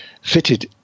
fitted